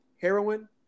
heroin